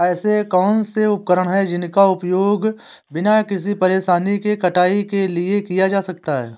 ऐसे कौनसे उपकरण हैं जिनका उपयोग बिना किसी परेशानी के कटाई के लिए किया जा सकता है?